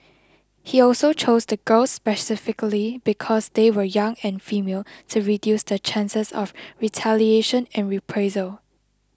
he also chose the girls specifically because they were young and female to reduce the chances of retaliation and reprisal